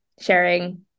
sharing